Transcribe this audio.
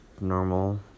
normal